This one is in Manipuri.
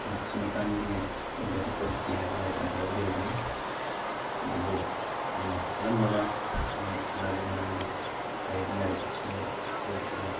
ꯂꯛꯁꯃꯤꯀꯥꯟꯒꯤ ꯏꯟꯗꯤꯌꯥꯟ ꯄꯣꯂꯤꯇꯤ ꯍꯥꯏꯕ ꯂꯥꯏꯔꯤꯛ ꯑꯗꯨ ꯂꯩꯖꯔꯨꯕꯅꯤ ꯑꯗꯨꯕꯨ ꯑꯩꯅ ꯈꯜꯂꯝꯕꯒ ꯈꯤꯇꯪ ꯑꯣꯟꯅꯔꯦ ꯃꯔꯝꯗꯤ ꯍꯥꯏꯔꯤꯕ ꯂꯥꯏꯔꯤꯛ ꯑꯁꯤꯗ ꯍꯧꯈꯤꯕ